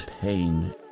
pain